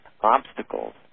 obstacles